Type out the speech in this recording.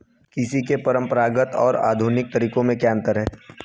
कृषि के परंपरागत और आधुनिक तरीकों में क्या अंतर है?